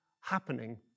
happening